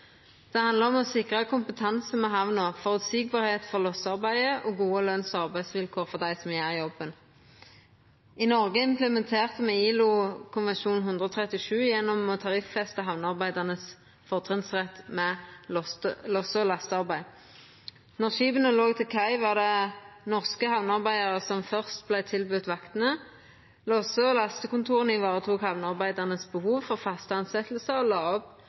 Det handlar om å sikra kompetanse ved hamna, føreseielegheit i lossearbeidet og gode løns- og arbeidsvilkår for dei som gjer jobben. I Noreg implementerte me ILO-konvensjon 137 gjennom å tariffesta hamnearbeidaranes fortrinnsrett med losse- og lastearbeid. Når skipa låg til kai, var det norske hamnearbeidarar som først vart tilbode vaktene. Losse- og lastekontora tok hand om hamnearbeidaranes behov for faste